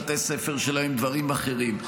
מבתי הספר שלהם ודברים אחרים.